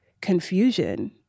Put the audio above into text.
confusion